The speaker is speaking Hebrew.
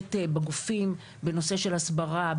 שנעשית בגופים בנושאים של הסברה,